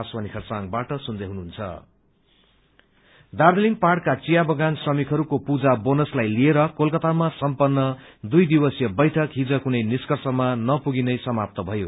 T bonus Darjeeling पहाड़का चिया बगान श्रमिकहरूको पूजा बोनसलाई लिएर कोलकत्तामा सम्पन्न दुई दिवसीय बैठक हिज कुनै निर्ष्कशमा नपुगिनै समाप्त भयो